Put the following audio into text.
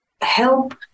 help